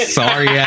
sorry